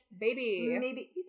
baby